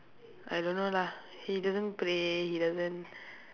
I don't know lah he doesn't pray he doesn't